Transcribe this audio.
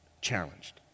challenged